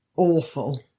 Awful